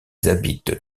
habitent